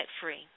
free